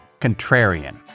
Contrarian